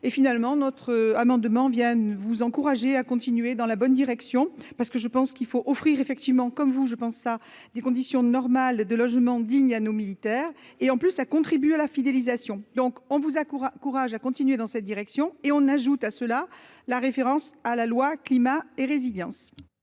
et finalement notre amendement viennent vous encourager à continuer dans la bonne direction. Parce que je pense qu'il faut offrir effectivement comme vous je pense à des conditions normales de logement digne à nos militaires. Et en plus ça contribue à la fidélisation donc on vous a courage à continuer dans cette direction et on ajoute à cela la référence à la loi climat et résilience.